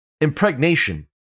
Impregnation